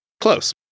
Close